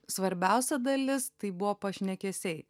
svarbiausia dalis tai buvo pašnekesiai